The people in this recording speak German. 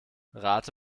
rate